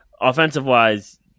offensive-wise